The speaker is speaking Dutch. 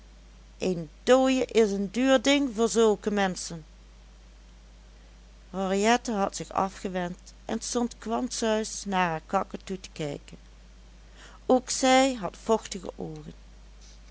een dooie is een duur ding voor zulke menschen henriette had zich afgewend en stond kwansuis naar haar kaketoe te kijken ook zij had vochtige oogen